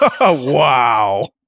Wow